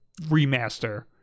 remaster